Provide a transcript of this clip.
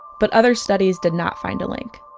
but other studies did not find a link